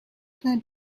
turned